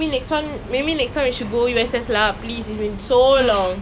eh actually not my cousins I went with my friends in secondary school ya